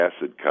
acid